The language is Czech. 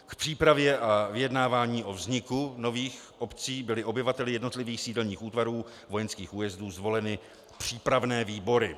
K přípravě a vyjednávání o vzniku nových obcí byly obyvateli jednotlivých sídelních útvarů vojenských újezdů zvoleny přípravné výbory.